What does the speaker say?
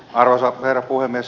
arvoisa herra puhemies